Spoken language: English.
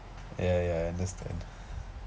ya ya I understand